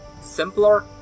simpler